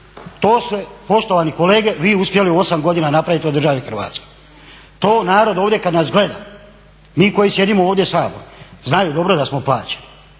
To ste poštovani kolege vi uspjeli u 8 godina napravit od države Hrvatske. To narod ovdje kad nas gleda, mi koji sjedimo ovdje u Saboru znaju dobro da smo plaćeni.